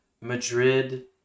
Madrid